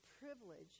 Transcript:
privilege